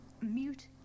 mute